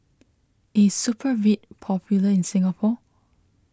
is Supravit popular in Singapore